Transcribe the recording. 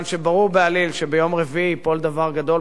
ביום רביעי ייפול דבר גדול בפוליטיקה הישראלית.